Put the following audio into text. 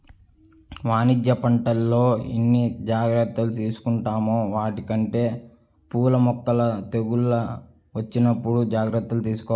వాణిజ్య పంటల్లో ఎన్ని జాగర్తలు తీసుకుంటామో వాటికంటే పూల మొక్కలకి తెగుళ్ళు వచ్చినప్పుడు జాగర్తలు తీసుకోవాల